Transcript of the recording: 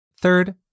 Third